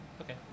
Okay